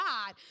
God